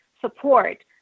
support